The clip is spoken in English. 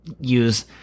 use